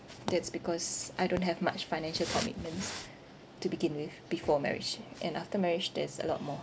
that's because I don't have much financial commitments to begin with before marriage and after marriage there's a lot more